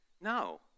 No